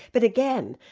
but again,